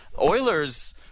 Oilers